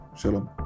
shalom